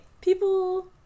people